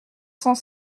cent